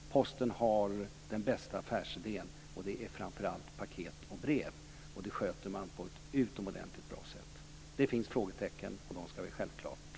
Posten har den bästa affärsidén. Det handlar framför allt om paket och brev, och det sköter man på ett utomordentligt bra sätt. Det finns frågetecken och dem ska vi självklart räta ut.